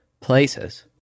places